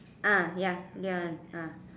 ah ya ya ah